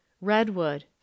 redwood